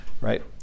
right